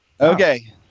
Okay